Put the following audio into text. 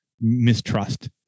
mistrust